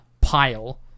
pile